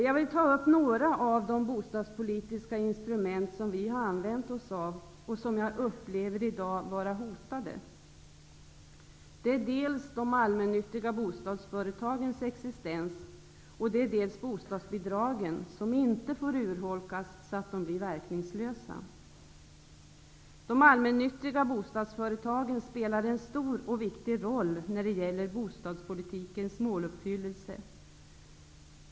Jag vill ta upp några av de bostadspolitiska instrument som vi har använt oss av, och som jag upplever vara hotade i dag. Det är dels de allmännyttiga bostadsföretagens existens, dels bostadsbidragen, som inte får urholkas så att de blir verkningslösa. De allmännyttiga bostadsföretagen spelar en stor och viktig roll när det gäller bostadspolitikens måluppfyllelse.